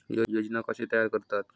योजना कशे तयार करतात?